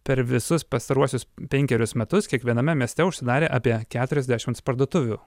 per visus pastaruosius penkerius metus kiekviename mieste užsidarė apie keturiasdešimts parduotuvių